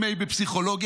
M.A. בפסיכולוגיה.